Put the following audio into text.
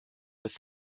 with